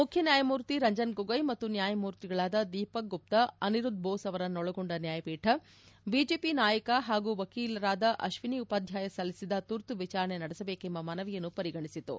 ಮುಖ್ಯ ನ್ಯಾಯಮೂರ್ತಿ ರಂಜನ್ ಗೊಗೊಯ್ ಮತ್ತು ನ್ಯಾಯಮೂರ್ತಿಗಳಾದ ದೀಪಕ್ ಗುಪ್ತ ಅನಿರುದ್ದ ಬೋಸ್ ಅವರನ್ನು ಒಳಗೊಂಡ ನ್ಯಾಯಪೀಠ ಬಿಜೆಪಿ ನಾಯಕ ಹಾಗೂ ವಕೀಲ ಅಶ್ವಿನಿ ಉಪಾಧ್ನಾಯ ಸಲ್ಲಿಸಿದ ತುರ್ತು ವಿಚಾರಣೆ ನಡೆಸಬೇಕೆಂಬ ಮನವಿಯನ್ನು ಪರಿಗಣಿಸಿತು